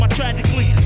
tragically